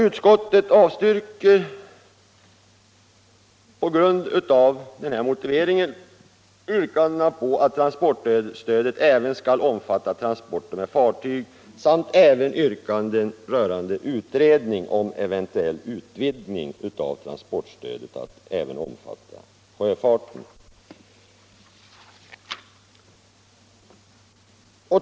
Utskottet avstyrker med denna motivering yrkandena att transportstödet också skall omfatta transporter med fartyg samt även yrkandena om utredning rörande eventuell utvidgning av transportstödet att även omfatta sjöfarten.